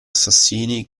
assassini